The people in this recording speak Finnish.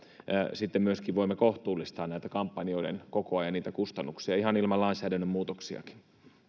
näin voimme kohtuullistaa kampanjoiden kokoa ja kustannuksia ihan ilman lainsäädännön muutoksiakin